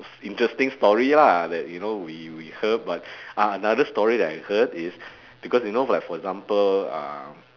interesting story lah that you know we we heard but ah another story that I heard is because you know like for example um